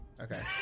okay